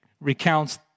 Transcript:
recounts